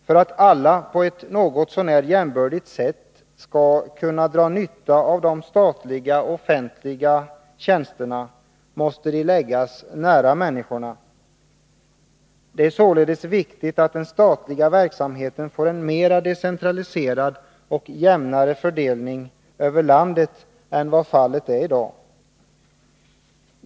För att alla på ett något så när jämbördigt sätt skall kunna dra nytta av de statliga offentliga tjänsterna måste de läggas nära människorna. Det är således viktigt att den statliga verksamheten får en mer decentraliserad och jämnare fördelning över landet än vad fallet är i dag.